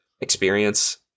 experience